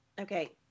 Okay